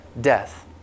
death